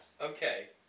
Okay